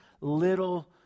little